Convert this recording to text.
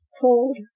cold